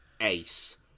ace